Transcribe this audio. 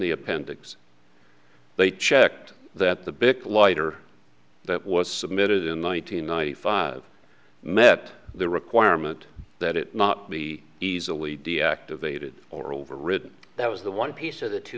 the appendix they checked that the big lighter that was submitted in one nine hundred ninety five met the requirement that it not be easily deactivated or overridden that was the one piece of the two